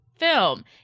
film